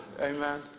Amen